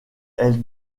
elle